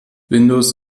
windows